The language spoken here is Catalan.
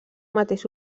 mateix